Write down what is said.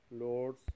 Lord's